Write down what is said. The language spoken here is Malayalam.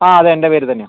ആ അതെൻ്റെ പേരിൽ തന്നെയാണ്